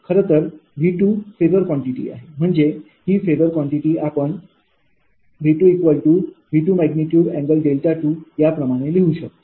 खरंतर V phasor quantity आहे म्हणजे ही फेजर कॉन्टिटी आपण 𝑉। 𝑉।∠δ2 या प्रमाणे लिहू शकतो